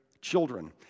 children